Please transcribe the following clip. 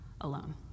alone